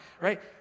right